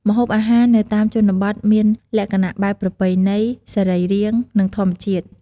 ម្ហូបអាហារនៅតាមជនបទមានលក្ខណៈបែបប្រពៃណី សរីរាង្គ និងធម្មជាតិ។